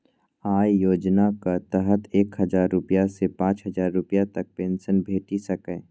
अय योजनाक तहत एक हजार रुपैया सं पांच हजार रुपैया तक पेंशन भेटि सकैए